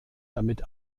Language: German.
damit